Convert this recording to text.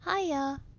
Hiya